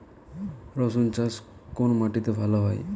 রুসুন চাষ কোন মাটিতে ভালো হয়?